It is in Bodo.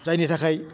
जायनि थाखाय